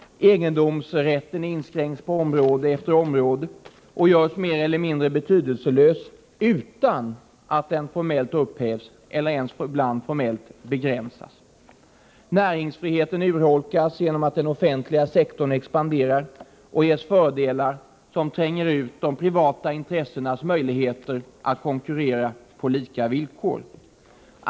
Egendomsrätten inskränks på område efter område och görs mer eller mindre betydelselös utan att den formellt upphävs eller ibland ens formellt begränsas. Näringsfriheten urholkas genom att den offentliga sektorn expanderar och ges fördelar som tränger ut de privata intressenas möjligheter att konkurrera på lika villkor.